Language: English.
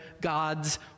God's